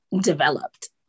developed